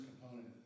component